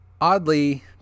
oddly